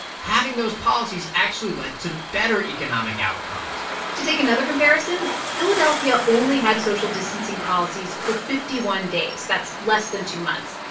having those policies actually led to better economic outcomes to take another comparison, philadelphia only had social distancing policies for fifty one days. that's less than two months.